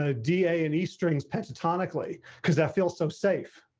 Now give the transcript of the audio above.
ah da and e strings pentatonic lee, because that feels so safe.